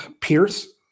Pierce